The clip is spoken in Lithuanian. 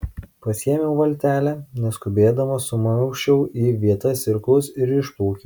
pasiėmiau valtelę neskubėdama sumausčiau į vietas irklus ir išplaukiau